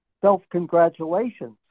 self-congratulations